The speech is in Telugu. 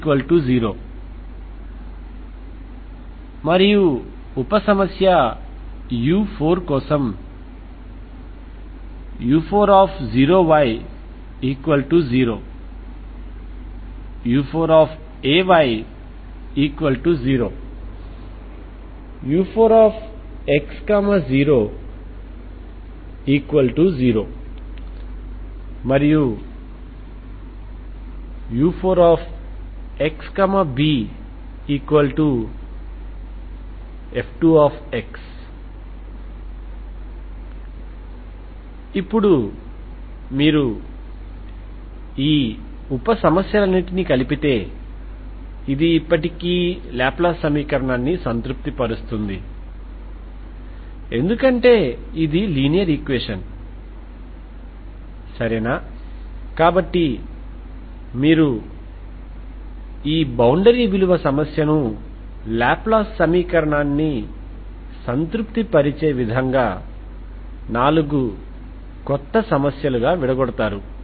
కాబట్టి Xxc1eμxc2e μx ఇది దీని యొక్క సాధారణ పరిష్కారం ఇప్పుడు X00 బౌండరీ కండిషన్ని వర్తింపజేయండి కాబట్టి దాని కోసం మీకు Xx μc1eμx c2e μx μ ≠ 0 అవసరం ఎందుకంటే ఇది పాజిటివ్ కాబట్టి X0c1 c20 కనుక ఇది నాకుc1c2ను ఇస్తుంది కాబట్టి ఒకసారి ఈ బౌండరీ కండిషన్ ని వర్తింపజేసిన తర్వాత సాధారణ పరిష్కారం Xxc1eμxc1e μxc1eμxe μx2c1cosh μx అవుతుంది